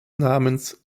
namens